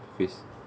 face